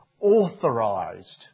authorized